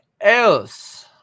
else